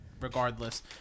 regardless